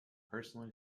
personal